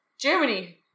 Germany